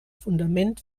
fundament